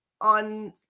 on